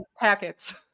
packets